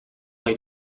they